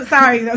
Sorry